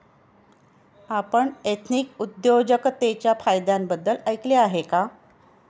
आपण एथनिक उद्योजकतेच्या फायद्यांबद्दल ऐकले आहे का?